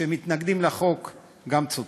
שמתנגדים לחוק, צודקים.